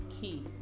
Key